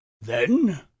Then